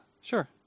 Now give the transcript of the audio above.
sure